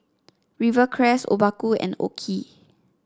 Rivercrest Obaku and OKI